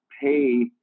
pay